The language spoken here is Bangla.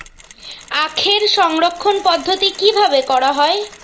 আখের সংরক্ষণ পদ্ধতি কিভাবে করা হয়?